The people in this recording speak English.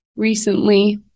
Recently